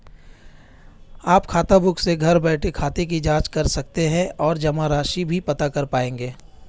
आप खाताबुक से घर बैठे खाते की जांच कर सकते हैं और जमा राशि भी पता कर पाएंगे